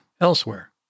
elsewhere